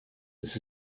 this